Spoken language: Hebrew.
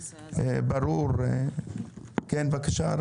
גברתי, בבקשה.